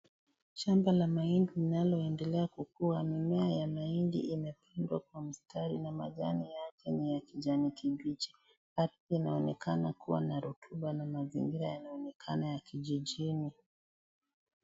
Shamba la mahindi linalooendelea kukua mimea ya mahindi imepandwa kwa mistari na majani yake ni ya kijani kibichi , ardhi inaonekana kuwa na rotuba na mazingira inaonekana kuwa ya kijijini.